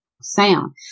sound